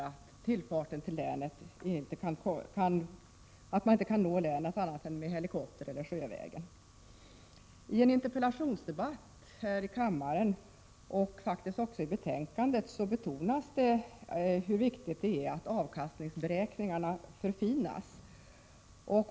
En olycka på den vägen betyder att man inte kan nå den delen av länet annat än med helikopter eller sjövägen. I en interpellationsdebatt här i kammaren — och faktiskt även i betänkandet — betonas det hur viktigt det är att avkastningsberäkningarna förfinas.